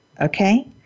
Okay